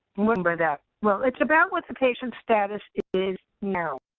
mean by that? well it's about what the patient status is now.